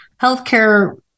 healthcare